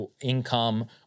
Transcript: income